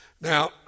Now